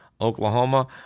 Oklahoma